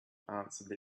answered